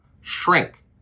shrink